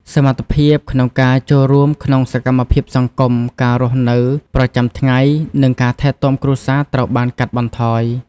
សមត្ថភាពក្នុងការចូលរួមក្នុងសកម្មភាពសង្គម ការរស់នៅប្រចាំថ្ងៃ និងការថែទាំគ្រួសារត្រូវបានកាត់បន្ថយ។